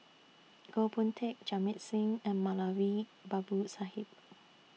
Goh Boon Teck Jamit Singh and Moulavi Babu Sahib